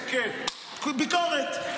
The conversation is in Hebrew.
ביקורת.